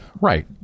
right